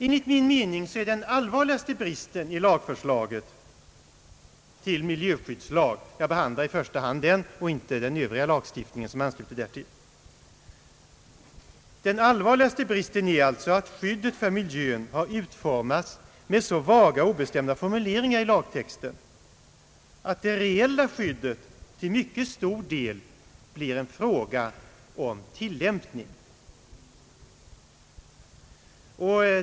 Enligt min mening är den allvarligaste bristen i förslaget till miljöskyddslag — jag behandlar i första hand den och inte den övriga lagstiftning som ansluter därtill — att skyddet för miljön utformats med så vaga och obestämda formuleringar i lagtexten att det reella skyddet till mycket stor del blir en fråga om tillämpning.